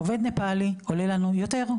עובד נפאלי עולה לנו יותר,